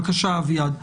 בבקשה, אביעד.